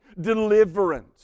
deliverance